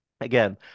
Again